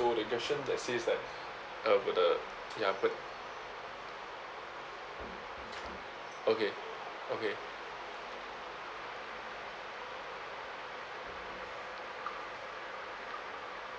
so the question that says like uh about the ya but okay okay